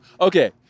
Okay